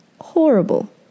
Horrible